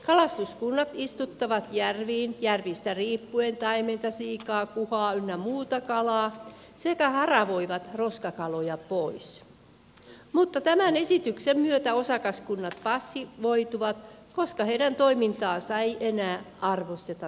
kalastuskunnat istuttavat järviin järvistä riippuen taimenta siikaa kuhaa ynnä muuta kalaa sekä haravoivat roskakaloja pois mutta tämän esityksen myötä osakaskunnat passivoituvat koska heidän toimintaansa ei enää arvosteta tarpeeksi